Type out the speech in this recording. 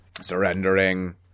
Surrendering